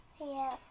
Yes